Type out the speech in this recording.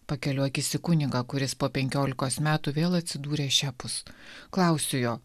pakeliu akis į kunigą kuris po penkiolikos metų vėl atsidūrė šiapus klausiu jo